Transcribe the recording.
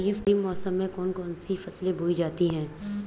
खरीफ मौसम में कौन कौन सी फसलें बोई जाती हैं?